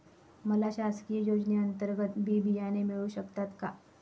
मला शासकीय योजने अंतर्गत बी बियाणे मिळू शकतात का?